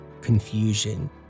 confusion